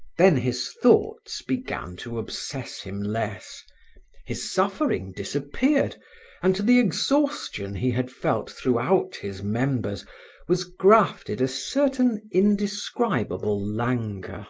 then his thoughts began to obsess him less his suffering disappeared and to the exhaustion he had felt throughout his members was grafted a certain indescribable languor.